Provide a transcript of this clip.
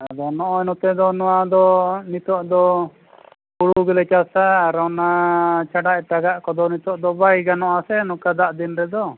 ᱟᱫᱚ ᱱᱚᱜᱼᱚᱸᱭ ᱱᱚᱛᱮ ᱫᱚ ᱱᱚᱣᱟ ᱫᱚ ᱱᱤᱛᱳᱜ ᱫᱚ ᱦᱳᱲᱳ ᱜᱮᱞᱮ ᱪᱟᱥᱼᱟ ᱟᱨ ᱚᱱᱟ ᱪᱷᱟᱰᱟ ᱮᱴᱟᱜᱟᱜ ᱠᱚᱫᱚ ᱱᱤᱛᱳᱜ ᱫᱚ ᱵᱟᱭ ᱜᱟᱱᱚᱜᱼᱟ ᱥᱮ ᱱᱚᱝᱠᱟ ᱫᱟᱜ ᱫᱤᱱ ᱨᱮᱫᱚ